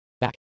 Back